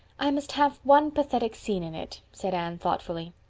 i must have one pathetic scene in it, said anne thoughtfully.